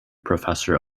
professor